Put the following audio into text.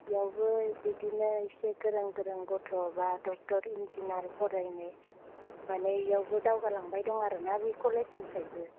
बेयावबो बिदिनो एसे गोरों गोरों गथ'बा डक्टर इन्जिनियार फरायनाय माने बेयावबो दावगालांबाय दं आरोना बे कलेजनिफ्रायबो